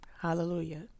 Hallelujah